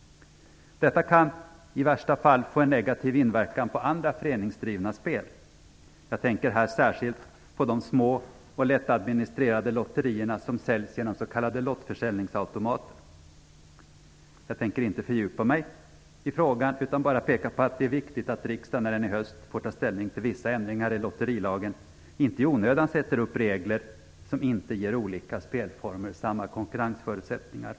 Detta kan i värsta fall få en negativ inverkan på andra föreningsdrivna spel. Jag tänker här särskilt på de små och lättadministrerade lotterierna som säljs genom s.k. lottförsäljningsautomater. Jag tänker inte fördjupa mig i frågan utan bara peka på att det är viktigt att riksdagen när den i höst får ta ställning till vissa ändringar i lotterilagen inte i onödan sätter upp regler som inte ger olika spelformer samma konkurrensförutsättningar.